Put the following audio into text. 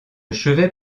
chevet